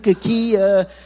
Kia